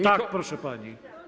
Tak, proszę pani.